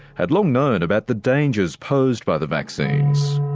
had long known about the dangers posed by the vaccines.